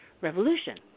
revolution